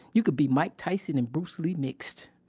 you could be mike tyson and bruce lee mixed.